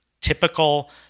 typical